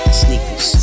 sneakers